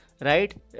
right